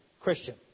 Christian